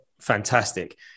fantastic